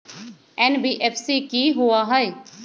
NBFC कि होअ हई?